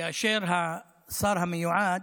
כאשר השר המיועד,